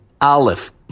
Aleph